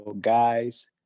guys